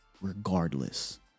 Regardless